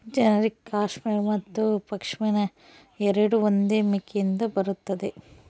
generic cashmere ಮತ್ತು ಪಶ್ಮಿನಾ ಎರಡೂ ಒಂದೇ ಮೇಕೆಯಿಂದ ಬರುತ್ತದೆ